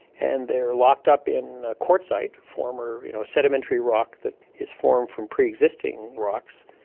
and they are locked up in quartzite, former you know sedimentary rock that is formed from pre-existing rocks.